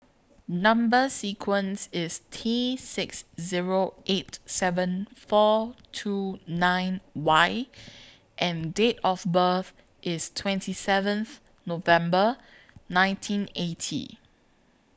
Number sequence IS T six Zero eight seven four two nine Y and Date of birth IS twenty seventh November nineteen eighty